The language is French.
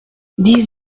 dix